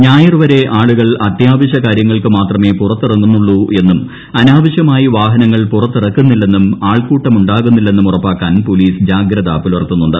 ഞായർ വരെ ആളുകൾ അത്യാവശൃ കാരൃങ്ങൾക്കുമാത്രമേ പുറത്തിറങ്ങുന്നുള്ളൂ എന്നും അനാവശൃമദൃയി വാഹനങ്ങൾ പുറത്തിറക്കുന്നില്ലെന്നും ആൾക്കൂട്ടമുണ്ട്ടാക്കുന്നില്ലെന്നും ഉറപ്പാക്കാൻ പോലീസ് ജാഗ്രത പൂലൂർത്തുന്നുണ്ട്